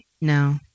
No